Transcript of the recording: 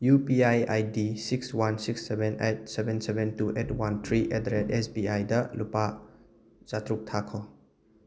U P I I D six one six seven eight seven seven two eight one three at the rate S B I ꯗ ꯂꯨꯄꯥ ꯆꯥꯇ꯭ꯔꯨꯛ ꯊꯥꯈꯣ